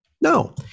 No